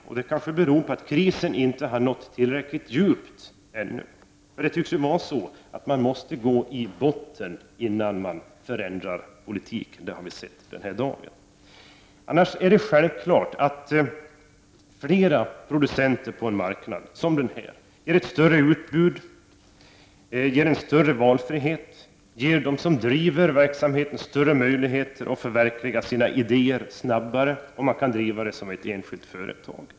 Det beror kanske på att krisen inte nått tillräckligt djupt ännu. Det tycks ju vara så att man måste gå i botten innan man förändrar politiken — det har vi sett exempel på denna dag. Annars är det ju självklart att flera producenter på en marknad ger större utbud och större valfrihet. Det ger dem som driver verksamheten större möjligheter att förverkliga sina idéer snabbare om de kan driva den som ett enskilt företag.